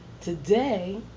Today